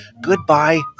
Goodbye